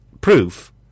proof